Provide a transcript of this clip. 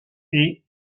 est